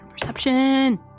Perception